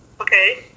Okay